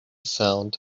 sound